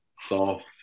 soft